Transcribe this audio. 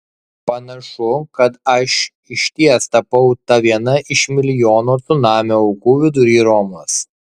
panašu kad aš išties tapau ta viena iš milijono cunamio aukų vidury romos